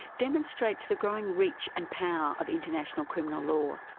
demonstrates the growing reach and power of international criminal law.